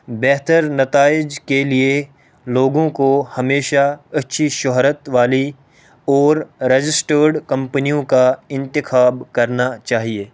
بہتر نتائج کے لیے لوگوں کو ہمیشہ اچھی شہرت والی اور رجسٹرڈ کمپنیوں کا انتخاب کرنا چاہیے